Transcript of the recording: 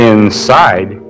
Inside